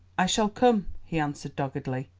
i shall come, he answered doggedly,